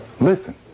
listen